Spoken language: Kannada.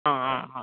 ಹಾಂ ಹಾಂ ಹಾಂ